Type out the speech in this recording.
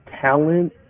Talent